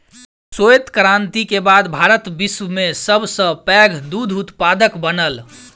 श्वेत क्रांति के बाद भारत विश्व में सब सॅ पैघ दूध उत्पादक बनल